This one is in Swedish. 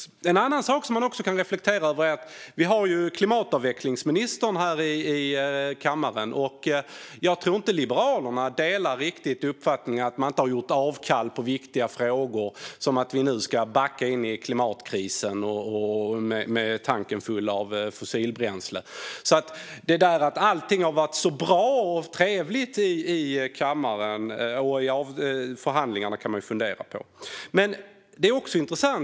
Det finns en annan sak man kan reflektera över nu när vi har klimatavvecklingsministern här i kammaren. Jag tror inte att Liberalerna riktigt delar uppfattningen att man inte gjort avkall på viktiga frågor när Sverige nu ska backa in i klimatkrisen med tanken full av fossilbränsle. Det där att allt har varit så bra och trevligt i kammaren och i förhandlingarna kan man alltså fundera på.